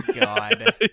God